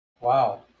Wow